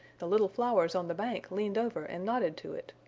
the little flowers on the bank leaned over and nodded to it.